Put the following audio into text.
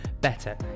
better